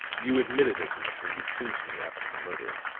you admitted as much when you came to me after the murder